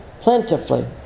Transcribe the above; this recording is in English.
plentifully